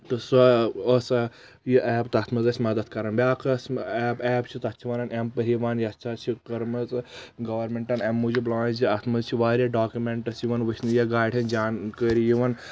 تہٕ سۄ ٲس سۄ یہِ ایپ تتھ منٛز اسہِ مدد کران بیاکھ ٲس ایپ ایپ چھِ تتھ چھِ ونان ایٚمپٔنی ون یتھ چھِ کٔرمٕژ گورمیٚنٛٹن امہِ موٗجوٗب لانٛچ زِ اتھ منٛز چھِ واریاہ ڈاکمیٚنٹس یِوان وچھنہٕ یا گاڑِ ہنٛز جانکٲری یِوان